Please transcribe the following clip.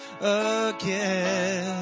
again